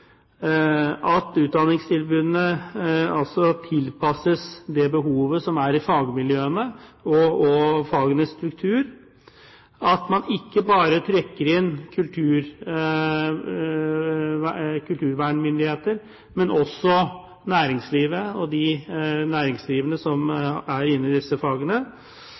at utdanningstilbudene tilpasses det behovet som er i fagmiljøene og fagenes struktur, at man ikke bare trekker inn kulturvernmyndigheter, men også næringslivet og de næringsdrivende som er inne i disse fagene.